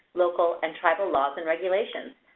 local, and tribal laws and regulations.